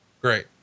Great